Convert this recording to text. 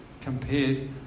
compared